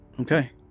Okay